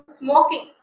smoking